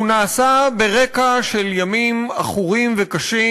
והוא נעשה ברקע של ימים עכורים וקשים,